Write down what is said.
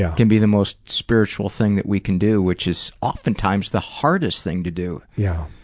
yeah can be the most spiritual thing that we can do, which is oftentimes the hardest thing to do. yeah